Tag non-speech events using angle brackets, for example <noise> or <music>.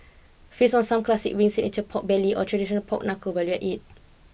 feast on some classic wings <unintelligible> pork belly or traditional pork knuckle <unintelligible> it